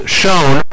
shown